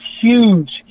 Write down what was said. huge